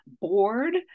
bored